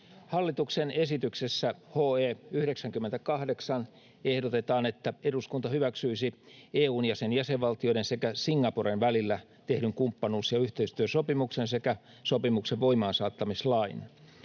Hallituksen esityksessä HE 98 ehdotetaan, että eduskunta hyväksyisi EU:n ja sen jäsenvaltioiden sekä Singaporen välillä tehdyn kumppanuus- ja yhteistyösopimuksen sekä sopimuksen voimaansaattamislain.